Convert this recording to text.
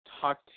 talk